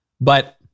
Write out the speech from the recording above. but-